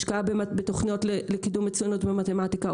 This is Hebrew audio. השקעה בתוכניות לקידום מצוינות במתמטיקה,